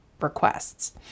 requests